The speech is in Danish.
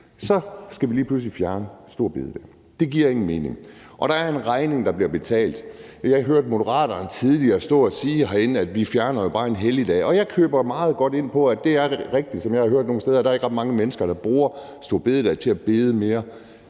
så skal vi lige pludselig fjerne store bededag. Det giver ingen mening. Der er en regning, der skal betales. Jeg hørte tidligere Moderaternes ordfører stå og sige herinde, at man jo bare fjerner en helligdag. Og jeg køber meget gerne ind på, at det er rigtigt – som jeg også har hørt nogle steder – at der ikke længere er ret mange mennesker, der bruger store bededag til at bede.